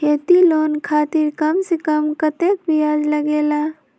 खेती लोन खातीर कम से कम कतेक ब्याज लगेला?